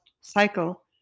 cycle